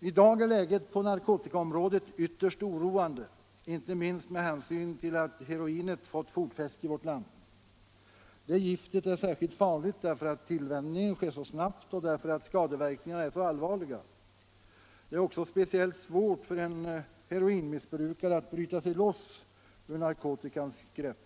I dag är läget på narkotikaområdet ytterst oroande, inte minst med hänsyn till att heroinet fått fotfäste i vårt land. Det giftet är särskilt farligt därför att tillvänjningen sker så snabbt och därför att skadeverkningarna är så allvarliga. Det är också speciellt svårt för en heroinmissbrukare att bryta sig loss ur narkotikans grepp.